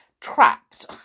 trapped